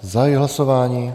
Zahajuji hlasování.